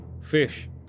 Fish